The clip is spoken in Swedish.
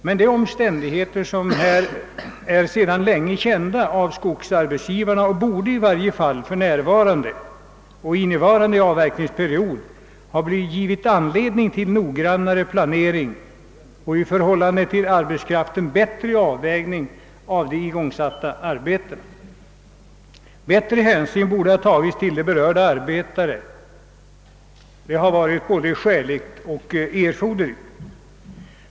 Dessa omständigheter är dock sedan länge kända av skogsarbetsgivarna och borde, i varje fall för innevarande avverkningsperiod, ha givit anledning till noggrannare planering och en i förhållande till arbetskraften bättre avvägning av de igångsatta arbetena. Större hänsyn borde ha tagits till berörda arbetare — det hade varit både skäligt och erforderligt.